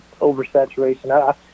oversaturation